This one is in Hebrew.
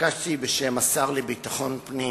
התבקשתי לענות בשם השר לביטחון פנים